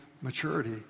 maturity